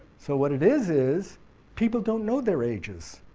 so what it is, is people don't know their ages,